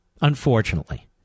unfortunately